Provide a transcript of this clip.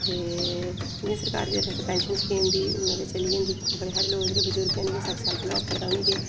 ते मतलब सरकार दे पासेआ बी पेंशन स्कीम बी चली दी होंदी बड़े हारे लोक जेह्ड़े बजुर्ग न सट्ठ स्हत्तर साल दे सारें कोला फायदा उ'नें गी गै ते